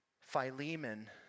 Philemon